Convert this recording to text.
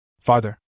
Farther